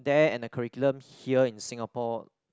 there and the curriculum here in Singapore